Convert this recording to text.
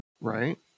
Right